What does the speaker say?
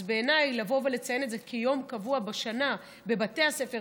אז בעיניי לבוא ולציין את זה כיום קבוע בשנה בבתי הספר,